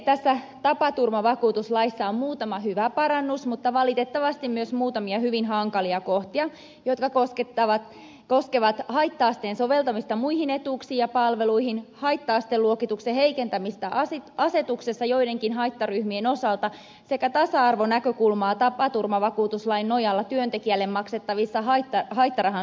tässä tapaturmavakuutuslaissa on muutama hyvä parannus mutta valitettavasti myös muutamia hyvin hankalia kohtia jotka koskevat haitta asteen soveltamista muihin etuuksiin ja palveluihin haitta asteluokituksen heikentämistä asetuksessa joidenkin haittaryhmien osalta sekä tasa arvonäkökulmaa tapaturmavakuutuslain nojalla työntekijälle maksettavassa haittarahan suuruudessa